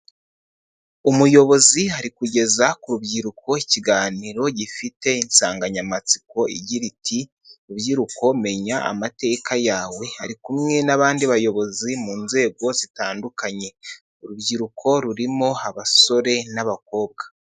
Umuyobozi ari kugeza ku rubyiruko ikiganiro gifite insanganyamatsiko igira iti: rubyiruko menya amateka yawe, ari kumwe n'abandi bayobozi mu nzego zitandukanye, urubyiruko rurimo abasore n'abakobwa.